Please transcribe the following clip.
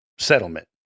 Settlement